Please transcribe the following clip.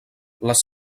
les